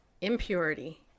impurity